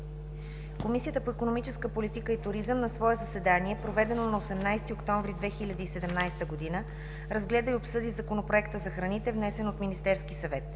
Комисията по икономическа политика и туризъм на свое заседание, проведено на 18 октомври 2017 г., разгледа и обсъди Законопроекта за храните, внесен от Министерски съвет.